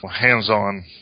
hands-on